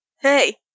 Hey